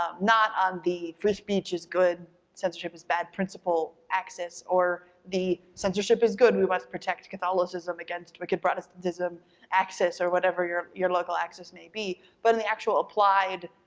um not on the free speech is good, censorship is bad principle axis, or the censorship is good, we want to protect catholicism against wicked protestantism axis, or whatever your your local axis may be, but in the actual applied,